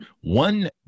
One